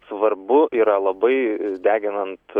svarbu yra labai deginant